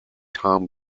tom